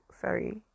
sorry